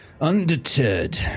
undeterred